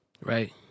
Right